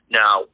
now